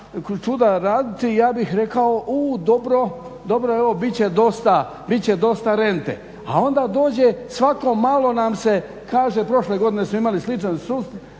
čuda raditi ja bih rekao uuuu dobro, dobro je ovo, bit će dosta rente. A onda dođe svako malo nam se kaže prošle godine smo imali sličan slučaj